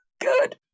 Good